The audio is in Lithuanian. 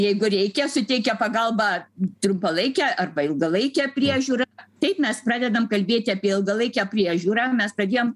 jeigu reikia suteikia pagalbą trumpalaikę arba ilgalaikę priežiūrą taip mes pradedam kalbėti apie ilgalaikę priežiūrą mes pradėjom